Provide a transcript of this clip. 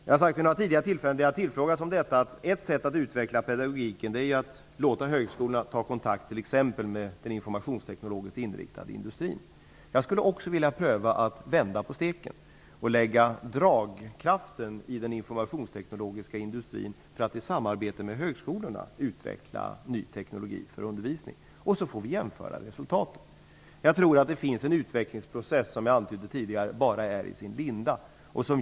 Jag har vid tidigare tillfällen när jag tillfrågats om detta sagt att ett sätt att utveckla pedagogiken är att låta högskolorna ta kontakt med t.ex den informationsteknologiskt inriktade industrin. Jag skulle också vilja pröva att vända på steken och lägga dragkraften hos den informationsteknologiska industrin för att i samarbete med högskolorna utveckla ny teknologi för undervisning. Sedan får vi jämföra resultaten. Jag tror att det finns en utvecklingsprocess som bara är i sin linda, som jag antydde tidigare.